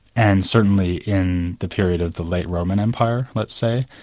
and certainly in the period of the late roman empire let's say,